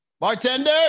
Bartender